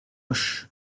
auch